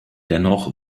dennoch